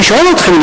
אני שואל אתכם,